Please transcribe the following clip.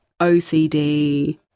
OCD